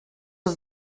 els